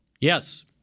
Yes